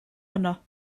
honno